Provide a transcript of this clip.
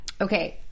Okay